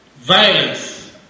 violence